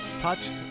Touched